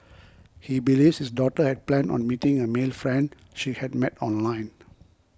he believes his daughter had planned on meeting a male friend she had met online